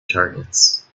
targets